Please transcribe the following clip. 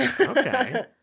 Okay